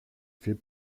fait